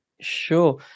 Sure